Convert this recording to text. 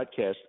podcast